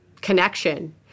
connection